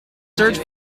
search